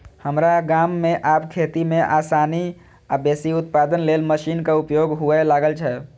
हमरा गाम मे आब खेती मे आसानी आ बेसी उत्पादन लेल मशीनक उपयोग हुअय लागल छै